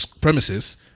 premises